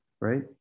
right